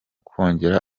kongera